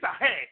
ahead